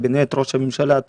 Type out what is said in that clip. ראש הממשלה,